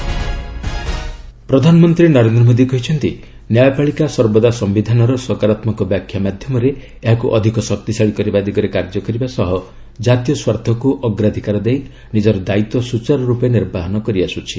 PM କୁଡିସିଆରି ପ୍ରଧାନମନ୍ତ୍ରୀ ନରେନ୍ଦ୍ର ମୋଦୀ କହିଚ୍ଚନ୍ତି ନ୍ୟାୟପାଳିକା ସର୍ବଦା ସିୟିଧାନର ସକାରାତ୍ମକ ବ୍ୟାଖ୍ୟା ମାଧ୍ୟମରେ ଏହାକୁ ଅଧିକ ଶକ୍ତିଶାଳୀ କରିବା ଦିଗରେ କାର୍ଯ୍ୟ କରିବା ସହ ଜାତୀୟ ସ୍ୱାର୍ଥକୁ ଅଗ୍ରାଧିକାର ଦେଇ ନିଜର ଦାୟିତ୍ୱ ସୁଚାରୁରୂପେ ନିର୍ବାହନ କରିଆସୁଛି